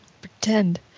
Pretend